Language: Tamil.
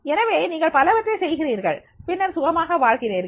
எனவே நீங்கள் பலவற்றை செய்கிறீர்கள் பின்னர் சுகமாக வாழ்கிறீர்கள்